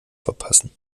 verpassen